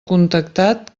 contactat